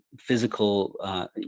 physical